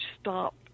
stop